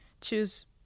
choose